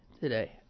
today